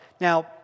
Now